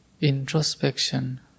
introspection